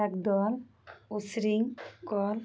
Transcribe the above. একদল উশৃঙ্খল